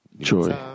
joy